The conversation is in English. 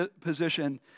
position